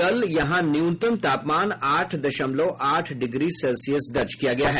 कल यहां न्यूनतम तापमान आठ दशमलव आठ डिग्री सेल्सियस दर्ज किया गया है